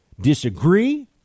disagree